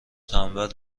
تنبل